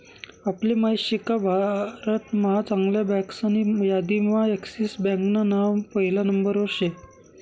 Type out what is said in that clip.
आपले माहित शेका भारत महा चांगल्या बँकासनी यादीम्हा एक्सिस बँकान नाव पहिला नंबरवर शे